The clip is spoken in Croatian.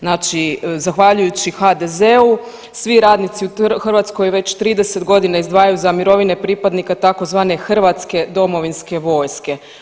Znači zahvaljujući HDZ-u svi radnici u Hrvatskoj već 30 godina izdvajaju za mirovine pripadnika tzv. hrvatske domovinske vojske.